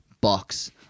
box